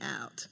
out